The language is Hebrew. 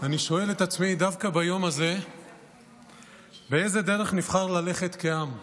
אני שואל את עצמי דווקא ביום הזה באיזו דרך נבחר ללכת כעם,